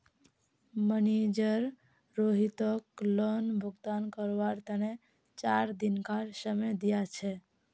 manager रोहितक loan भुगतान करवार तने चार दिनकार समय दिया छे